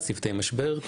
צוותי משבר,